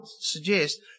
suggest